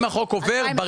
אם החוק עובר,